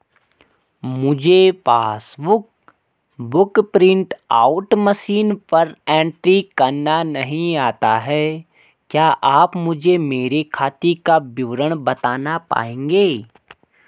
मुझे passbook book print out machine पर entry करना नहीं आता है क्या आप मुझे मेरे खाते का विवरण बताना पाएंगे?